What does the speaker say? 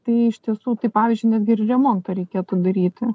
tai iš tiesų tai pavyzdžiui netgi ir remontą reikėtų daryti